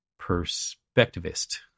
perspectivist